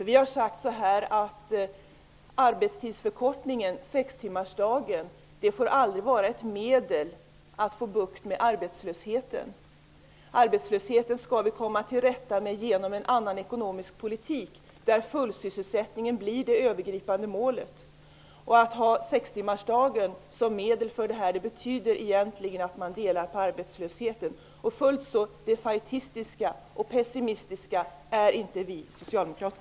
Vi har sagt att arbetstidsförkortningen, sextimmarsdagen, aldrig får vara ett medel för att få bukt med arbetslösheten. Den skall vi komma till rätt med genom en annan ekonomisk politik där fullsysselsättningen blir det övergripande målet. Att ha sextimmarsdagen som medel för detta betyder egentligen att man delar på arbetslösheten. Fullt så defaitistiska och pessimistiska är inte vi socialdemokrater.